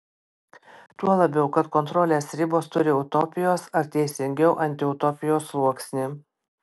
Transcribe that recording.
tuo labiau kad kontrolės ribos turi utopijos ar teisingiau antiutopijos sluoksnį